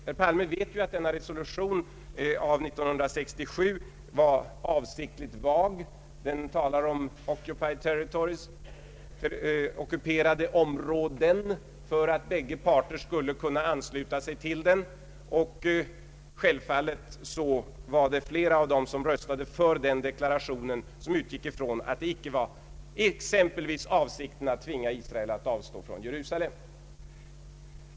Herr Palme vet att resolutionen år 1967 var avsiktligt vag. Den talar om ”occupied territories” — ockuperade områden — för att bägge parter skulle kunna ansluta sig till den. Självfallet utgick flera av dem som anslöt sig till denna resolution från att avsikten icke var exempelvis att tvinga Israel att avstå från Jerusalem.